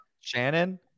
Shannon